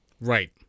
Right